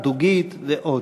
"דוגית" ועוד.